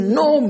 no